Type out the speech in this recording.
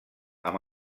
amb